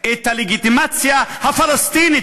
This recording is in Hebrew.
את הלגיטימציה הפלסטינית,